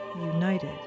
united